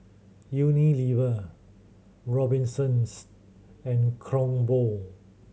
Unilever Robinsons and Kronenbourg